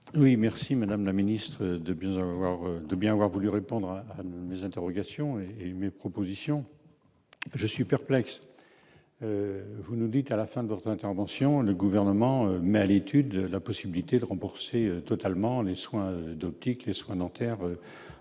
Oui, merci, Madame la Ministre, de bien voir de bien avoir voulu répondre à nos interrogations et mes propositions, je suis perplexe, vous nous dites à la fin de leurs interventions, le gouvernement met à l'étude la possibilité de rembourser totalement les soins d'optique, les soins dentaires,